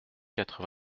quatre